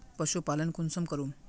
पशुपालन कुंसम करूम?